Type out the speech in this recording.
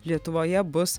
lietuvoje bus